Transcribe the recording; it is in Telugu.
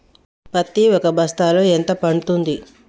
పత్తి ఒక బస్తాలో ఎంత పడ్తుంది?